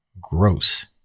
gross